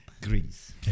Greece